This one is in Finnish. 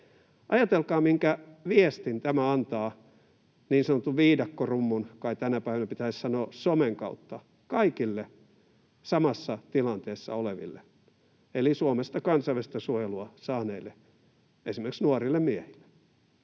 Ajatelkaa, minkä viestin tämä antaa niin sanotun viidakkorummun — kai tänä päivänä pitäisi sanoa: somen — kautta kaikille samassa tilanteessa oleville eli Suomesta kansainvälistä suojelua saaneille, esimerkiksi nuorille miehille.